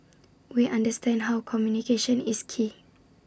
we understand how communication is key